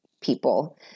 people